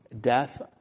death